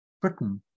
Britain